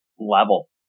level